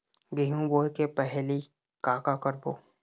गेहूं बोए के पहेली का का करबो?